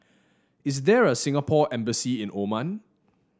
is there a Singapore Embassy in Oman